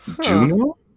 Juno